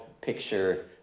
picture